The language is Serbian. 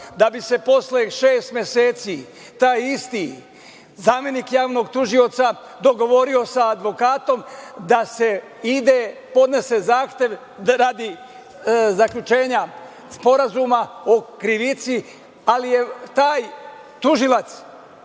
da bi se posle šest meseci taj isti zamenik javnog tužioca dogovorio sa advokatom da se podnese zahtev da radi zaključenja sporazuma o krivici, ali je taj tužilac